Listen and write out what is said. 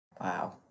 Wow